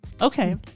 Okay